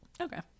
Okay